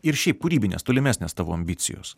ir šiaip kūrybinės tolimesnės tavo ambicijos